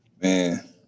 Man